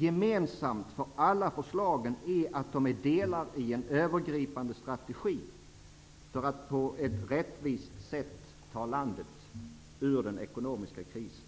Gemensamt för alla förslagen är att de är delar i en övergripande strategi för att på ett rättvist sätt ta landet ur den ekonomiska krisen.